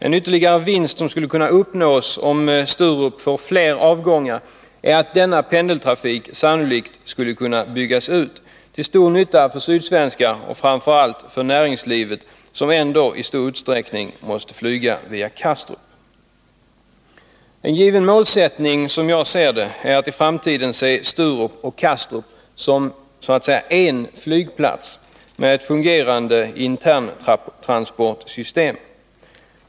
En ytterligare vinst som skulle kunna uppnås om Sturup fick fler avgångar är att denna pendeltrafik sannolikt skulle kunna byggas ut, till stor nytta för sydsvenskar och framför allt för näringslivet, som ändå i stor utsträckning måste flyga via Kastrup. En given målsättning, som jag ser det, är att i framtiden se Sturup och Kastrup som en flygplats, med ett fungerande interntransportsystem.